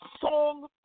song